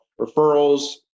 referrals